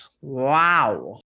wow